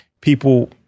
people